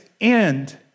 end